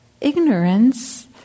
Ignorance